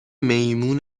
میمون